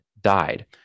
died